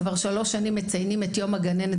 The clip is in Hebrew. כבר שלוש שנים מציינים את יום הגננת